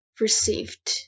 received